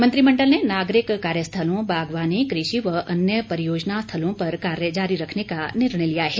मंत्रिमण्डल ने नागरिक कार्यस्थलों बागवानी कृषि व अन्य परियोजना स्थलों पर कार्य जारी रखने का निर्णय लिया है